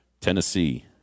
Tennessee –